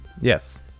Yes